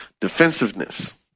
Defensiveness